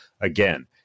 again